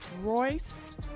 Royce